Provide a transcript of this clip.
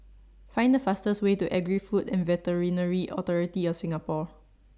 Find The fastest Way to Agri Food and Veterinary Authority of Singapore